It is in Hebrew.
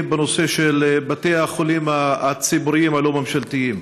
בנושא בתי החולים הציבוריים הלא-ממשלתיים,